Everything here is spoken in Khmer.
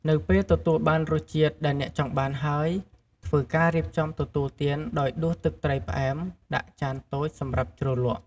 នៅពេលទទួលបានរសជាតិដែលអ្នកចង់បានហើយ ធ្វើការរៀបចំទទួលទានដោយដួសទឹកត្រីផ្អែមដាក់ចានតូចសម្រាប់ជ្រលក់។